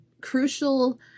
crucial